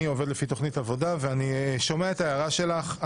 אני עובד לפי תוכנית עבודה ואני שומע את ההערה שלך.